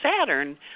Saturn